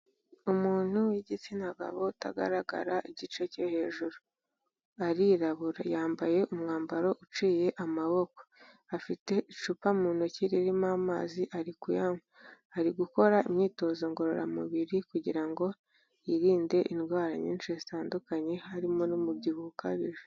Umuntu w'igitsina gabo utagaragara igice cyo hejuru, arirabura, yambaye umwambaro uciye amaboko, afite icupa mu ntoki ririmo amazi ari ku yanywa, ari gukora imyitozo ngororamubiri kugira ngo yirinde indwara nyinshi zitandukanye, harimo n'umubyibuho ukabije.